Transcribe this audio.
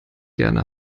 gerne